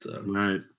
Right